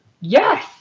Yes